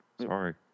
Sorry